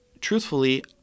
truthfully